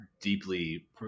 deeply